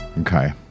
Okay